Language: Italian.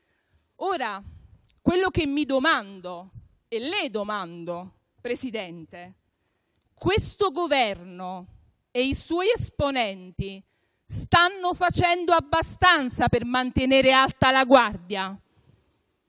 Quello che mi domando e le domando, Presidente, è se questo Governo e i suoi esponenti stanno facendo abbastanza per mantenere alta la guardia.